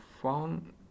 found